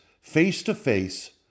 face-to-face